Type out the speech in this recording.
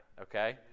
okay